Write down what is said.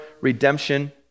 redemption